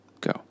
go